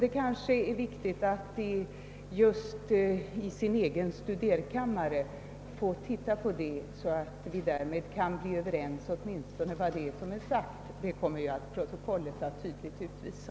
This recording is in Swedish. Det är kanske viktigt att herr Kristenson i sin egen studerkammare sätter sig in i saken, så att vi åtminstone kan komma överens om vad som sagts, vilket protokollet för övrigt tydligt kommer att utvisa.